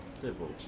civil